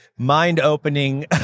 mind-opening